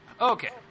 Okay